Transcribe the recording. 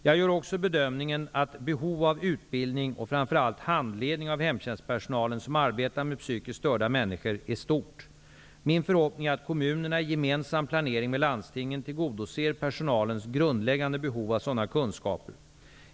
Jag gör också bedömningen att behov av utbildning och framför allt handledning av hemtjänstpersonalen som arbetar med psykiskt störda människor är stort. Min förhoppning är att kommunerna i gemensam planering med landstingen tillgodoser personalens grundläggande behov av sådana kunskaper.